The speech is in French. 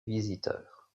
visiteurs